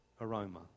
aroma